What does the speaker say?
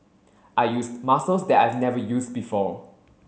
I used muscles that I've never used before